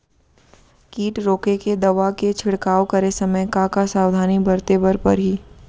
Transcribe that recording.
किट रोके के दवा के छिड़काव करे समय, का का सावधानी बरते बर परही?